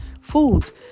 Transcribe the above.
foods